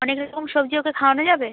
অনেক রকম সবজি ওকে খাওয়ানো যাবে